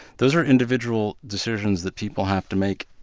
those are individual decisions that people have to make,